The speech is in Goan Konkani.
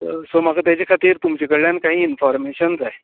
सो तेज खातीर म्हाका तुमचे कडच्यान काही इन्फॉर्मैशन जाय